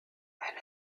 elle